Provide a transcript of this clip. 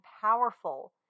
powerful